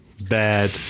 Bad